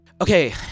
okay